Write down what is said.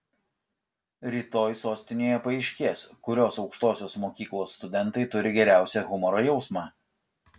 rytoj sostinėje paaiškės kurios aukštosios mokyklos studentai turi geriausią humoro jausmą